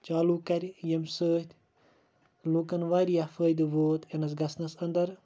چالو کَرِ ییٚمہِ سۭتۍ لُکَن واریاہ فٲید ووت یِنَس گَژھنَس اَندَر